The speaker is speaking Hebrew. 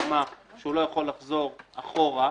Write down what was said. הסכמה שהוא לא יכול לחזור אחורה,